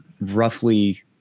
roughly